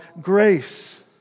grace